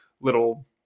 little